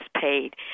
paid